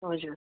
हजुर